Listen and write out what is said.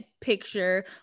picture